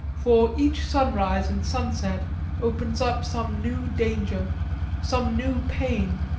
for each sunrise and sunset opens up some new danger some new pain,